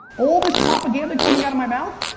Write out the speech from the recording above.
all this propaganda coming out of my mouth,